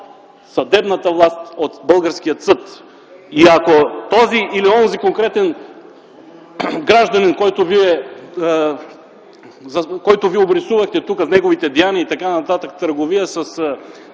съдебната власт, от българския съд. И ако този или онзи конкретен гражданин, който Вие обрисувахте тук с неговите деяния и така нататък, търговия с